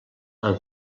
amb